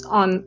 on